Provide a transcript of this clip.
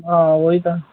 आ ओह् ई तां